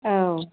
औ